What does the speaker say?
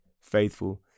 faithful